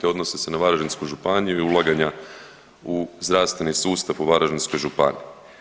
Odnose se na Varaždinsku županiju i ulaganja u zdravstveni sustav u Varaždinskoj županiji.